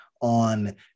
on